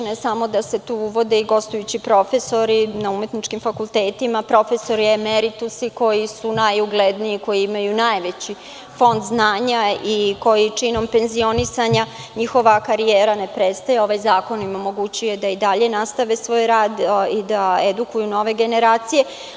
Ne samo da se tu uvode gostujući profesori na umetničkim fakultetima, profesori meritusi koji su najugledniji, koji imaju najveći fond znanja i činom penzionisanja njihova karijera ne prestaje, jer im ovaj zakon omogućuje da nastave svoj rad i da edukuju nove generacije.